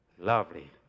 lovely